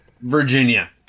Virginia